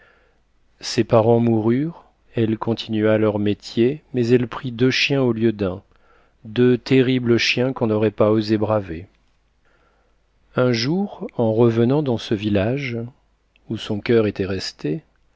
ses parents moururent elle continua leur métier mais elle prit deux chiens au lieu d'un deux terribles chiens qu'on n'aurait pas osé braver un jour en rentrant dans ce village où son coeur était resté